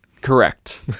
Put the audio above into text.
Correct